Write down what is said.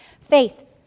faith